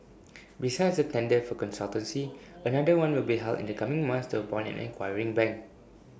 besides the tender for the consultancy another one will be held in the coming months to appoint an acquiring bank